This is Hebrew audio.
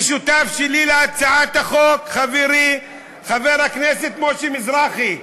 ושותף שלי להצעת החוק, חברי חבר הכנסת משה מזרחי,